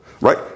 right